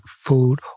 food